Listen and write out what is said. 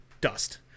dust